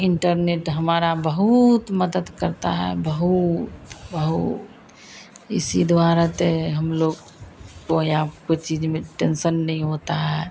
internet हमारी बहुत मदत करता है बहुत बहुत इसी द्वारा तो यह है हमलोग को यह कोई चीज़ में टेन्शन नहीं होता है